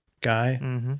guy